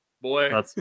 boy